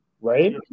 right